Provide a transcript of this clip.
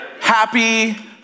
Happy